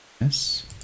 Yes